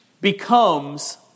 becomes